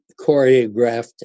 choreographed